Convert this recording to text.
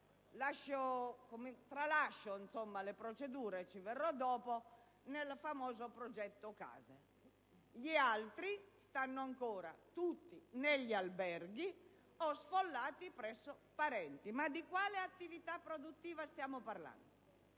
tralascio le procedure, su cui tornerò dopo - con il famoso «progetto case»; gli altri stanno ancora tutti negli alberghi o sfollati presso parenti. Ma di quale attività produttiva stiamo parlando?